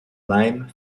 leim